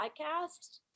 podcast